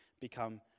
become